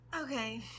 Okay